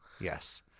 yes